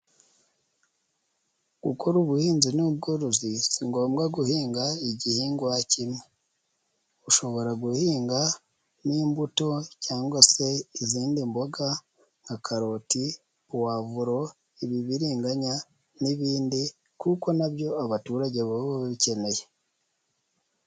Gukora ubuhinzi n'ubworozi si ngombwa guhinga igihingwa kimwe, ushobora guhinga n'imbuto cyangwa se izindi mboga nka karoti, puwavuro, ibibiringanya n'ibindi kuko na byo abaturage baba babikeneye.